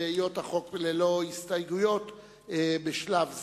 בהיות החוק ללא הסתייגויות בשלב זה,